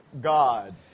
God